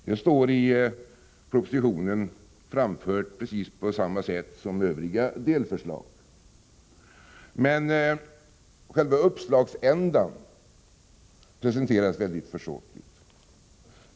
Detta förslag framförs i propositionen på precis samma sätt som övriga delförslag. Däremot presenteras själva uppslagsändan mycket försåtligt.